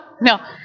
no